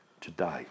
today